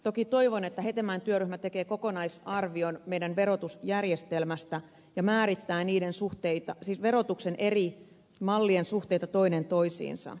toki toivon että hetemäen työryhmä tekee kokonaisarvion meidän verotusjärjestelmästämme ja määrittää verotuksen eri mallien suhteita toinen toisiinsa